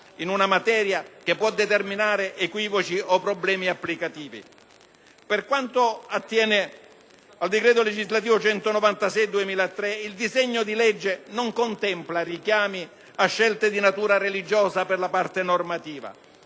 in una materia che può determinare equivoci o problemi applicativi. Per quanto attiene al decreto legislativo n. 196 del 2003, il disegno di legge non contempla richiami a scelte di natura religiosa per la parte normativa.